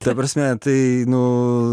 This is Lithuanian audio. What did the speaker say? ta prasme tai nu